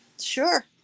Sure